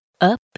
Up